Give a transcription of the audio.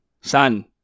son